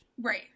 Right